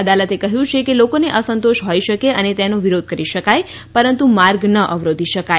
અદાલતે કહ્યું કે લોકોને અસંતોષ હોઇ શકે અને તેનો વિરોધ કરી શકાય પરંતુ માર્ગ ન અવરોધી શકાય